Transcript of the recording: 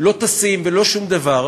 לא טסים ולא שום דבר.